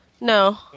No